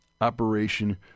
operation